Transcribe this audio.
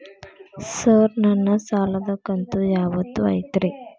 Sir ನನ್ನ ಸಾಲದ ಕಂತು ಯಾವತ್ತೂ ಐತ್ರಿ?